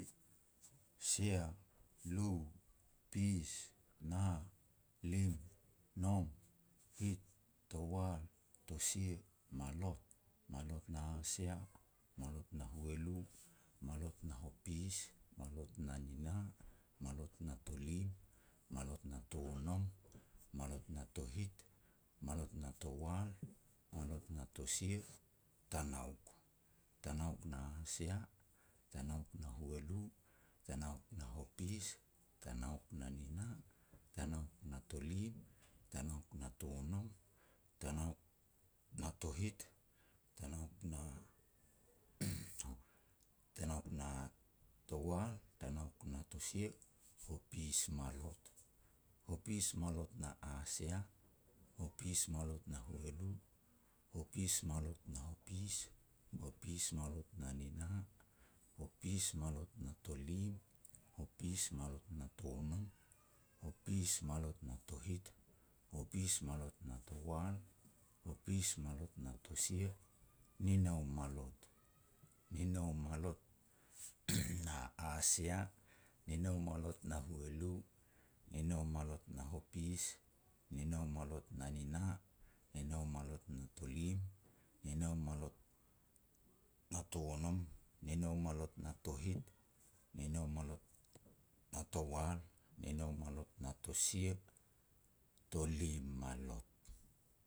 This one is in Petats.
Sia, lu, pis, na lim, nom, hit, towal, tosia, malot. Malot na asia, malot na hualu, malot na hopis, malot na nina, malot na tolim, malot na tonom, malot na tohit, malot na towal, malot na tosia, tanauk. Tanauk na asia, tanauk na hualu, tanauk na hopis, tanauk na nina, tanauk na tolim, tanauk na tonom, tanauk na tohit, tanauk tanauk na towal, tanauk na tosia, hopis malot. Hopis malot na asia, hopis malot na hualu, hopis malot na hopis, hopis malot na nina, hopis malot na tolim, hopis malot na tonom, hopis malot na tohit, hopis malot na towal, hopis malot na tosia, ninou malot. Ninou malot na asia, ninou malot na hualu, ninou malot na hopis, ninou malot na nina, ninou malot na tolim, ninou malot na tonom, ninou malot na tohit, ninou malot na towal, ninou malot na tosia, tolim malot.